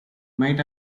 might